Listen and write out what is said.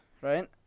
right